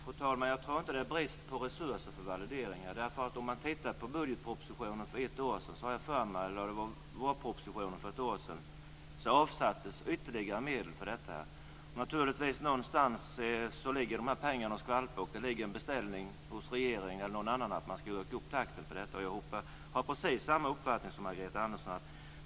Fru talman! Jag tror inte att det är brist på resurser för valideringar. Om man tittar i budgetpropositionen, eller om det var vårpropositionen, för ett år sedan avsattes ytterligare medel för detta. Naturligtvis ligger dessa pengar och skvalpar någonstans, och det ligger en beställning hos regeringen eller någon annan att man ska öka takten på detta. Jag har precis samma uppfattning som Margareta Andersson.